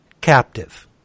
captive